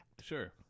Sure